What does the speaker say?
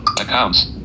accounts